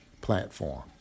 platform